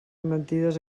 mentides